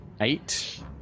Eight